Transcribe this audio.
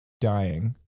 dying